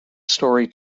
story